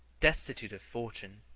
destitute of fortune.